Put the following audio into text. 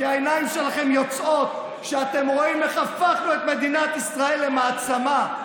כי העיניים שלכם יוצאות כשאתם רואים איך הפכנו את מדינת ישראל למעצמה,